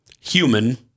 human